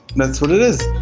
that's what it is.